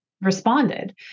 responded